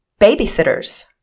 babysitters